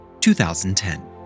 2010